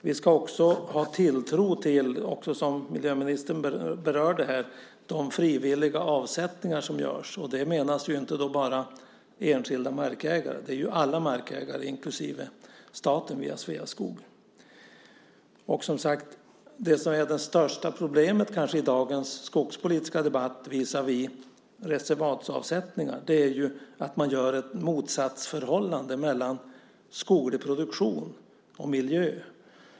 Vi ska också ha tilltro till, som miljöministern berörde, de frivilliga avsättningar som görs, inte bara av enskilda markägare. Det gäller ju alla markägare, inklusive staten via Sveaskog. Och, som sagt, det som är det största problemet i dagens skogspolitiska debatt visavi reservatsavsättningar är kanske att man gör ett motsatsförhållande mellan skoglig produktion och miljö.